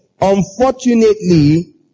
Unfortunately